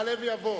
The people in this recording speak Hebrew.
יעלה ויבוא